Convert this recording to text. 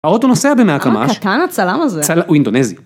‫האוטו נוסע במאה קמ"ש... ‫- כמה קטן הצלם הזה? - ‫הוא אינדונזי.